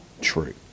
true